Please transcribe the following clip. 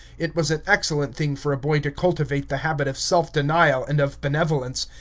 it was an excellent thing for a boy to cultivate the habit of self-denial and of benevolence,